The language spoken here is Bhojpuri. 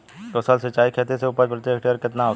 कुशल सिंचाई खेती से उपज प्रति हेक्टेयर केतना होखेला?